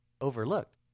overlooked